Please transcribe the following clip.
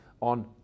on